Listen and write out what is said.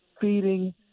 feeding